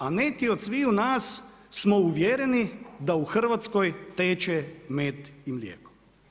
A neki od sviju nas smo uvjereni da u Hrvatskoj teče med i mlijeko.